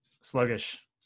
sluggish